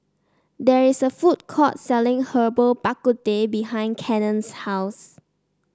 there is a food court selling Herbal Bak Ku Teh behind Cannon's house